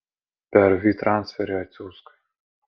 per vytransferį atsiųsk